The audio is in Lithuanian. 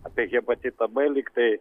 apie hepatitą b lyg tai